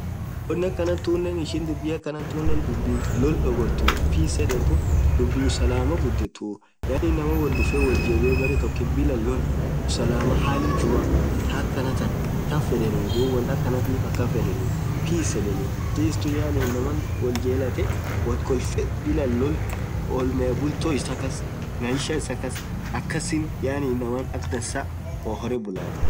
won akhan tunen ishin dhub akha tunen dhubi loll dhoghorthu peace yedhen tun dhubii usalamaa ghudhethu yaani inamani woth dhufee woth jebiyee berre tokkit Bila loll usalamaa hali jua thaa akhana than thaan fedhenii dhub won akhanathif peace yedheni peace tun yaani inaman woll jelathe woth kolfee bilah loll olmeaf bultho isaa khas maisha issa khas akhasin yaani inaman akha dhansaa horre bulah